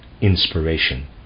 inspiration